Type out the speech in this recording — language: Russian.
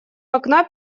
окна